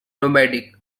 nomadic